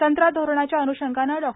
संत्रा धोरणाच्या अन्षंगाने डॉ